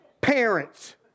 Parents